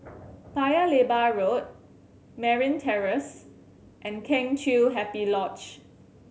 Paya Lebar Road Merryn Terrace and Kheng Chiu Happy Lodge